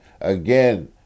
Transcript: Again